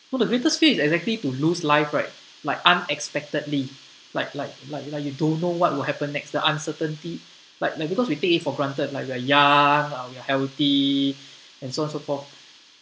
no the greatest fear is exactly to lose life right like unexpectedly like like like like you don't know what will happen next the uncertainty but like because we take for granted like we're young uh we're healthy and so forth